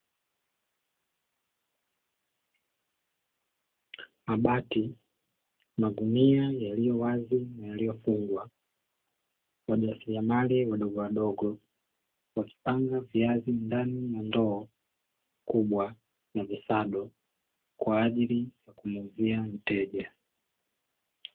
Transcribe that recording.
Mabati, magunia yaliyowazi na yaliyofungwa. Wajasiriamali wadogowadogo wakipanga viazi ndani ya ndoo kubwa na visado kwa ajili ya kumuuzia mteja.